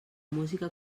música